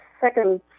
second